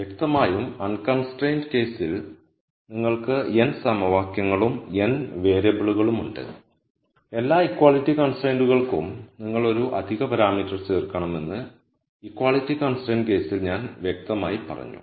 വ്യക്തമായും അൺകൺസ്ട്രൈൻഡ് കേസിൽ നിങ്ങൾക്ക് n സമവാക്യങ്ങളും n വേരിയബിളുകളും ഉണ്ട് എല്ലാ ഇക്വാളിറ്റി കൺസ്ട്രൈന്റുകൾക്കും നിങ്ങൾ ഒരു അധിക പാരാമീറ്റർ ചേർക്കണം എന്ന് ഇക്വാളിറ്റി കൺസ്ട്രൈൻഡ് കേസിൽ ഞാൻ വ്യക്തമായി പറഞ്ഞു